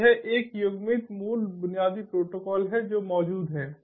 तो यह एक युग्मित मूल बुनियादी प्रोटोकॉल है जो मौजूद है